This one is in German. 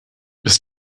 bis